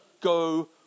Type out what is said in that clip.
go